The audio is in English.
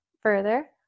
Further